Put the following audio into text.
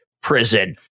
prison